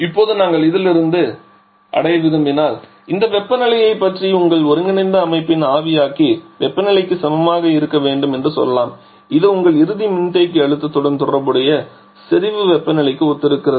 இப்போது நாங்கள் இதிலிருந்து அடைய விரும்பினால் இந்த வெப்பநிலையைப் பற்றி உங்கள் ஒருங்கிணைந்த அமைப்பின் ஆவியாக்கி வெப்பநிலைக்கு சமமாக இருக்க வேண்டும் என்று சொல்லலாம் இது உங்கள் இறுதி மின்தேக்கி அழுத்தத்துடன் தொடர்புடைய செறிவு வெப்பநிலைக்கு ஒத்திருக்கிறது